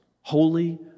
holy